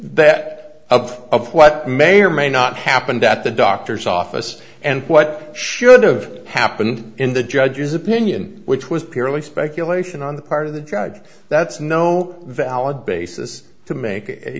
that of what may or may not happened at the doctor's office and what should've happened in the judge's opinion which was purely speculation on the part of the drug that's no valid basis to make a